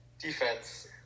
defense